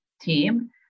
team